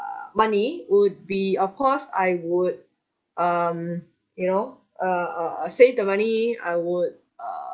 money would be of course I would um you know err save the money I would err